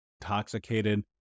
intoxicated